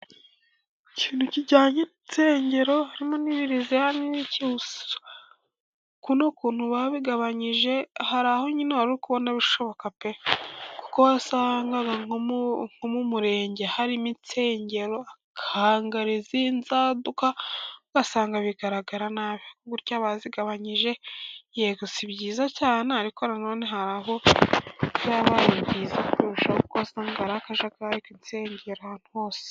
Ikintu kijyanye n'insengero harimo na kiriziya, kuno kuntu babigabanyije hari aho nyine wari ukubona bishoboka pe! Kuko wasanga mu umurenge harimo insengero kandi ari izinzaduka, ugasanga bigaragara nabi. Gutya bazigabanyije, yego si byiza cyane, ariko none hari aho byabaye byiza kurushaho, kuko wasanga ari akajagari k'insengero bingera ahantu hose.